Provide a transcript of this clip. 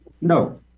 No